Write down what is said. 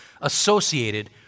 associated